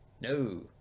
No